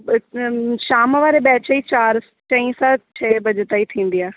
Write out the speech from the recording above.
शाम वारे बैच जी चारि चईं सां छह बजे ताईं थींदी आहे